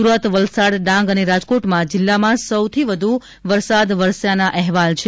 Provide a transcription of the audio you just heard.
સુરત વલસાડ ડાંગ અને રાજકોટ જિલ્લામાં સૌથી વધુ વરસાદ વરસ્યો હોવાના અહેવાલ છે